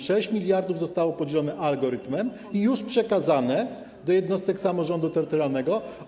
6 mld zostało podzielone algorytmem i już przekazane do jednostek samorządu terytorialnego.